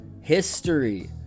history